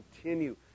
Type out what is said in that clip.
continue